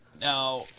Now